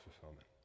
fulfillment